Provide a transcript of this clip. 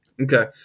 Okay